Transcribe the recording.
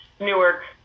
Newark